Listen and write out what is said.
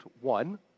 one